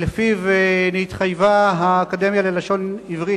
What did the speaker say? שלפיו נתחייבה האקדמיה ללשון עברית,